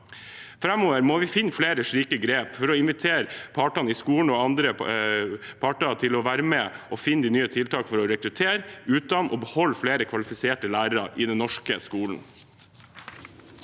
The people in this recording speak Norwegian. Framover må vi finne flere slike grep for å invitere partene i skolen og andre parter til å være med og finne nye tiltak for å rekruttere, utdanne og beholde flere kvalifiserte lærere i den norske skolen.